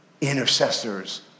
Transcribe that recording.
intercessors